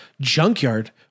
junkyard